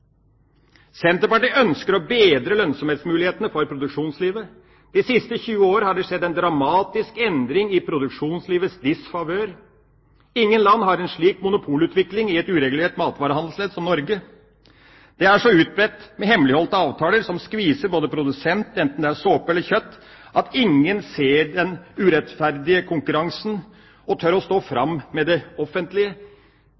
Senterpartiet ønsker å bedre lønnsomhetsmulighetene for produksjonslivet. De siste 20 år har det skjedd en dramatisk endring i produksjonslivets disfavør. Ingen land har en slik monopolutvikling i et uregelrett matvarehandelsledd som Norge. Det er så utbredt med hemmeligholdte avtaler som skviser produsent – enten det er såpe eller kjøtt – at ingen ser den urettferdige konkurransen og tør å stå